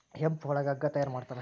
hemp ಒಳಗ ಹಗ್ಗ ತಯಾರ ಮಾಡ್ತಾರ